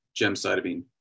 gemcitabine